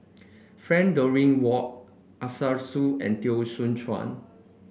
Frank Dorrington Ward Arasu and Teo Soon Chuan